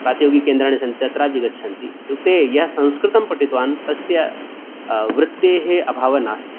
प्रातियोगिककेन्द्राणि सन्ति तत्रापि गच्छन्ति इत्युक्ते यः संस्कृतं पठितवान् तस्य वृत्तेः अभावः नास्ति